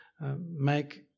make